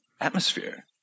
atmosphere